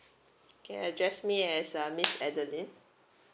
can address me as uh miss adeline